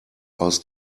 aus